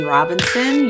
Robinson